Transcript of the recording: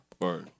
Right